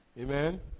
Amen